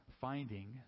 finding